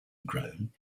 grown